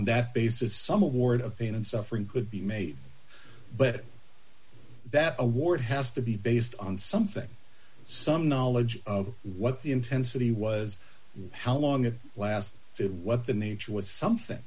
that basis some award of pain and suffering could be made but that award has to be based on something some knowledge of what the intensity was how long it lasts it what the nature was something